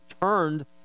turned